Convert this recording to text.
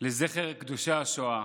לזכר קדושי השואה.